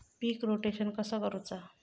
पीक rotation कसा करूचा?